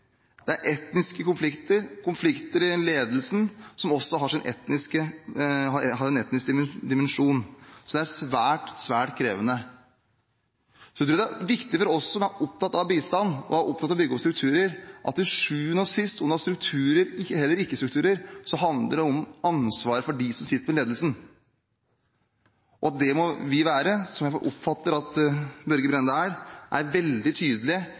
Det er etniske konflikter, konflikter i ledelsen, som også har en etnisk dimensjon, så det er svært, svært krevende. Så tror jeg det er viktig for oss som er opptatt av bistand og å bygge opp strukturer, at til sjuende og sist – strukturer eller ikke strukturer – handler det om ansvar for dem som sitter med ledelsen. Vi må være, som jeg oppfatter at Børge Brende er, veldig tydelige overfor dem som sitter med ledelsen, at den har ansvaret, uavhengig av hvor ung staten er.